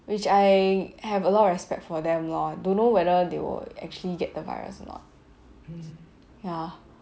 which I have a lot of respect for them lor don't know whether they will actually get the virus or not ya